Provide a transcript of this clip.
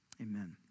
Amen